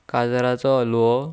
गाजराचो हाल्वो